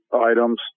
items